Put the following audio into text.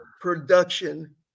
production